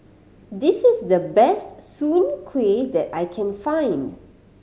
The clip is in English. this is the best soon kway that I can find